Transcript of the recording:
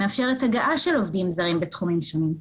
מאפשרת הגעה של עובדים זרים בתחומים שונים,